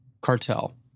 cartel